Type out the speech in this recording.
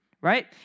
right